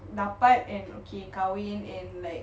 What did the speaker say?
dapat and okay kahwin and like